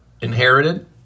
inherited